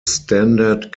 standard